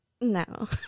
No